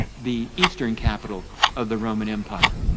the eastern capital of the roman empire.